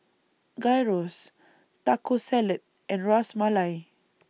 Gyros Taco Salad and Ras Malai